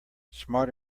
smart